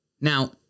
Now